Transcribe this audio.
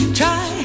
try